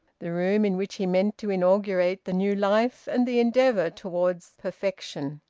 the room in which he meant to inaugurate the new life and the endeavour towards perfection.